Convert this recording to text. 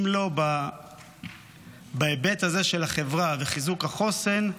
אם לא בהיבט הזה של החברה וחיזוק החוסן,